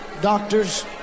doctors